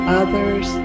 others